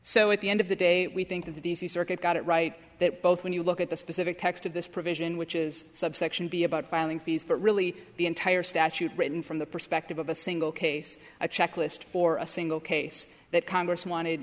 so at the end of the day we think that the d c circuit got it right that both when you look at the specific text of this provision which is subsection b about filing fees but really the entire statute written from the perspective of a single case a checklist for a single case that congress wanted